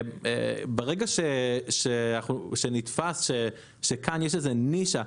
ברגע שנתפס שכאן יש איזה נישה,